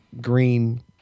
green